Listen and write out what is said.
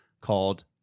called